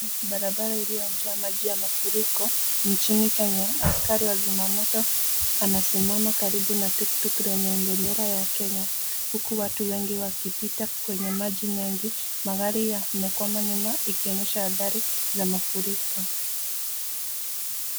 Barabara iliyojaa maji ya mafuriko nchini Kenya. Askari wazima Moto anasimama karibu na (cs) tuktuk (cs) lenye bendera la Kenya, huku watu wengi wakipita kwenye maji mengi. Magari yamekwama nyuma ikionyesha hadhari za mafuriko.